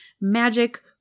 magic